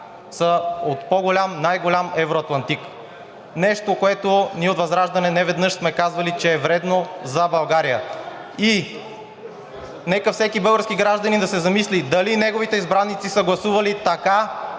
са от по-голям, най-голям евроатлантик – нещо, което ние от ВЪЗРАЖДАНЕ неведнъж сме казвали, че е вредно за България. И нека всеки български гражданин да се замисли дали неговите избраници са гласували така,